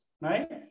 right